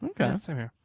Okay